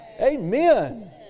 Amen